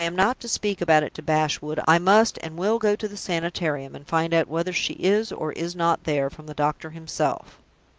if i am not to speak about it to bashwood, i must and will go to the sanitarium, and find out whether she is or is not there, from the doctor himself.